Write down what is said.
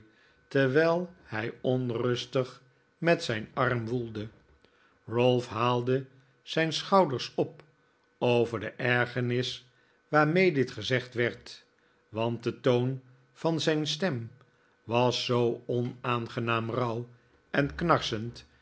terwijl hij onrustig met zijn arm woelde ralph haalde zijn schouders op over de ergernis waarmee dit gezegd werd want de toon van zijn stem was zoo onaangenaam rauw en knarsend